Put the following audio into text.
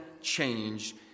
change